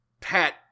Pat